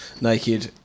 naked